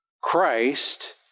Christ